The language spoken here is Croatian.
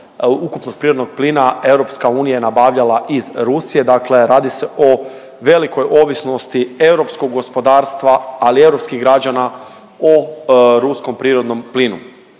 ukupnog prirodnog plina, EU je nabavljala iz Rusije, dakle radi se o velikoj ovisnosti europskog gospodarstva, ali i europskih građana o ruskom prirodnom plinu.